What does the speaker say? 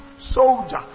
soldier